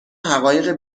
حقایق